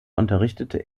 unterrichtete